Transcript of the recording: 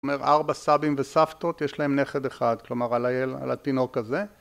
אומר ארבע סבים וסבתות יש להם נכד אחד כלומר על התינוק הזה